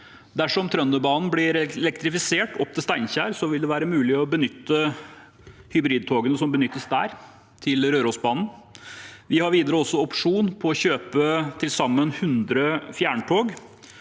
Dersom Trønderbanen blir elektrifisert opp til Steinkjer, vil det være mulig å flytte hybridtogene som benyttes der, til Rørosbanen. Vi har videre også opsjoner på å kjøpe til sammen 100 fjerntog.